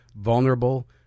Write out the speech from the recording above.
vulnerable